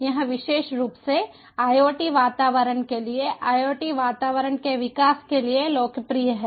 यह विशेष रूप से IoT वातावरण के लिए IoT वातावरण के विकास के लिए लोकप्रिय है